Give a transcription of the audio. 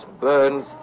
burns